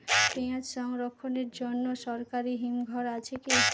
পিয়াজ সংরক্ষণের জন্য সরকারি হিমঘর আছে কি?